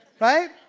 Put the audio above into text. Right